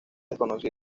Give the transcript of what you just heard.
desconocida